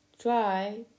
try